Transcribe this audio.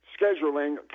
scheduling